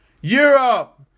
Europe